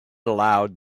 aloud